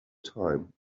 time